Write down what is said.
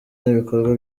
n’ibikorwa